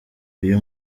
uyu